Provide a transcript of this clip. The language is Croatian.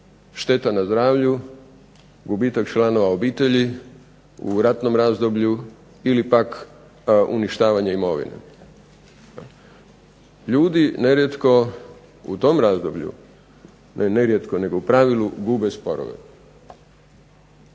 šteta na zdravlju, gubitak članova obitelji u ratnom razdoblju ili pak uništavanje imovine. Ljudi nerijetko u tom razdoblju, ne nerijetko nego u pravilu gube sporove.